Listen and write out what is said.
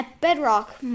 Bedrock